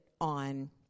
on